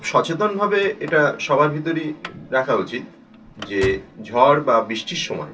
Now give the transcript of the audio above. খুব সচেতনভাবে এটা সবার ভিতরেই রাখা উচিত যে ঝড় বা বৃষ্টির সময়